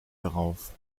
darauf